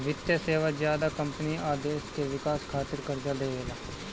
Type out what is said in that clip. वित्तीय सेवा ज्यादा कम्पनी आ देश के विकास खातिर कर्जा देवेला